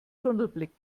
tunnelblick